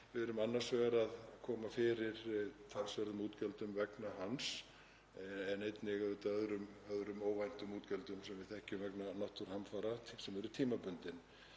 við erum annars vegar að koma fyrir talsverðum útgjöldum vegna hans en einnig auðvitað öðrum óvæntum útgjöldum sem við þekkjum vegna náttúruhamfara sem eru tímabundin.